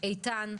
איתן,